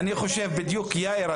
אני חושב בדיוק יאיר,